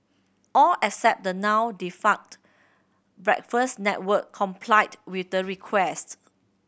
all except the now defunct Breakfast Network complied with the request